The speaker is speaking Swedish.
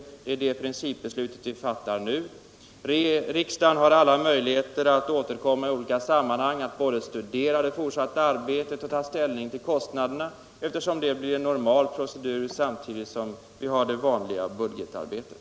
Det är det principbeslutet vi fattar nu. Riksdagen har alla möjligheter att återkomma i olika sammanhang —- både att studera det fortsatta arbetet och att ta ställning till kostnaderna, eftersom det blir en normal procedur i samband med det vanliga budgetarbetet.